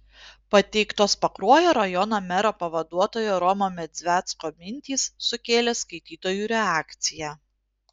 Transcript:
pateiktos pakruojo rajono mero pavaduotojo romo medzvecko mintys sukėlė skaitytojų reakciją